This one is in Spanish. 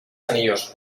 anillos